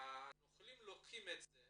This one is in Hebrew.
הנוכלים לוקחים את זה